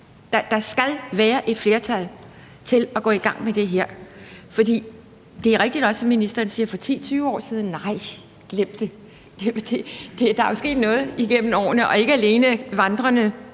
der skal være et flertal for at gå i gang med det her. Det er rigtigt, som ministeren også siger, at for 10-20 år siden ville det hedde: Nej, glem det! Der er jo sket noget igennem årene, og ikke alene har der